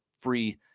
free